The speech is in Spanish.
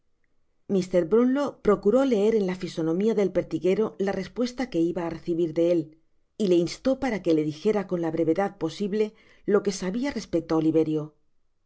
mr brownlow procuró leer en la fisonomia del pertiguero la respuesta que iba á recibir de él y le instó para que le dijera cou la brevedad posible lo que sabia respecto á oliverio mr